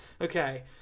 Okay